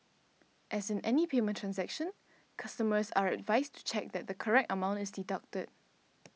as in any payment transaction customers are advised to check that the correct amount is deducted